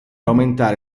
aumentare